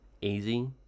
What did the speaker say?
easy